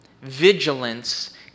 vigilance